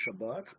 Shabbat